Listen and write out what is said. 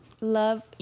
love